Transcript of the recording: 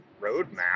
Roadmap